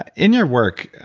ah in your work,